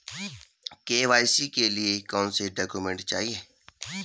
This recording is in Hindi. के.वाई.सी के लिए कौनसे डॉक्यूमेंट चाहिये?